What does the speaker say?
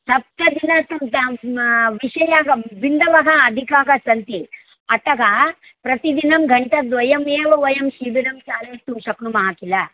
सप्तदिनं तु तं विषयः बिन्दवः अधिकाः सन्ति अतः प्रतिदिनं घण्टाद्वयमेव वयं शिबिरं चालयितुं शक्नुमः किल